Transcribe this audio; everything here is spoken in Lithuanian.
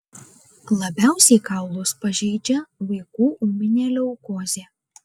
labiausiai kaulus pažeidžia vaikų ūminė leukozė